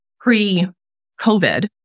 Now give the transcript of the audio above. pre-COVID